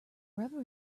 rubber